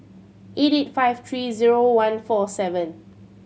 eight eight five three zero one four seven